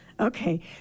okay